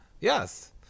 Yes